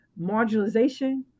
marginalization